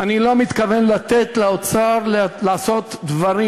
אני לא מתכוון כחבר קואליציה לתת לאוצר לעשות דברים.